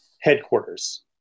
headquarters